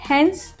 Hence